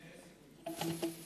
אין סיכוי.